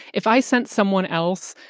if i sent someone else,